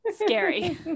scary